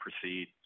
proceed